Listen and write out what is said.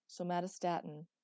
Somatostatin